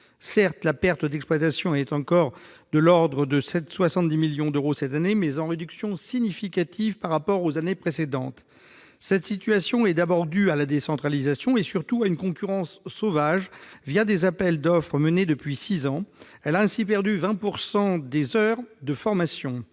Certes, la perte d'exploitation est encore de l'ordre de 70 millions d'euros cette année, mais en réduction significative par rapport aux années précédentes. Cette situation est d'abord due à la décentralisation, et surtout à une concurrence sauvage des appels d'offres menée depuis six ans. L'AFPA a ainsi perdu 20 % de ses heures de formation.